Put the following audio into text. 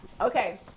Okay